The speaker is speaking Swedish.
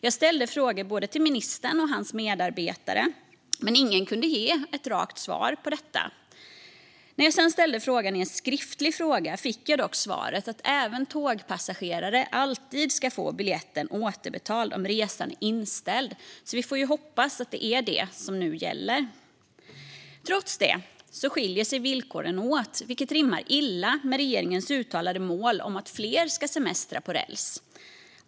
Jag ställde frågor till både ministern och hans medarbetare, men ingen kunde ge ett rakt svar på detta. När jag sedan ställde en skriftlig fråga fick jag dock svaret att även tågpassagerare alltid ska få biljetten återbetald om resan är inställd. Vi får hoppas att det är vad som nu gäller. Trots detta skiljer sig villkoren åt, vilket rimmar illa med regeringens uttalade mål om att fler ska semestra på räls.